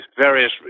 various